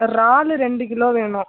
ராலு ரெண்டு கிலோ வேணும்